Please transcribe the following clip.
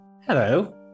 Hello